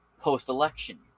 post-election